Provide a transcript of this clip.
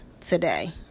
today